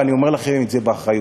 ואני אומר לכם את זה באחריות: